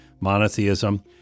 monotheism